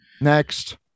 Next